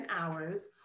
hours